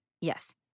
Yes